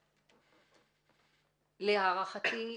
להערכתי,